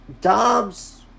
Dobbs